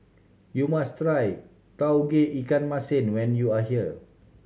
you must try Tauge Ikan Masin when you are here